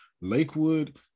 Lakewood